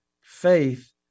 faith